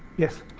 yes.